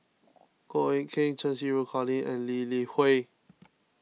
Goh Eck Kheng Cheng Xinru Colin and Lee Li Hui